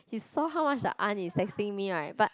you saw how much the aunt is texting me right but